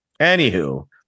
Anywho